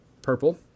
purple